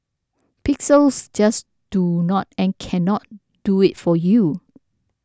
pixels just do not and cannot do it for you